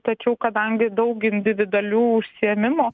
tačiau kadangi daugiau individualių užsiėmimų